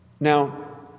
Now